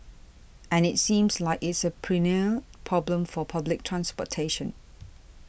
and it seems like it's a perennial problem for public transportation